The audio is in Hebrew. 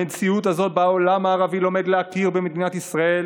המציאות הזאת שבה העולם הערבי לומד להכיר במדינת ישראל